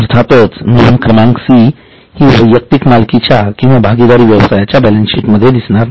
अर्थातच नोंद क्रमांक सी हि वैयक्तिक मालकीच्या किंवा भागीदारी व्यवसायाच्या बॅलन्सशीट मध्ये दिसणार नाही